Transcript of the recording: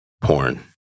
porn